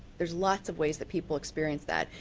there is lots of ways that people experience that.